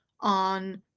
on